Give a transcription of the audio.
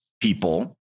people